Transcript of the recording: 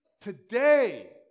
Today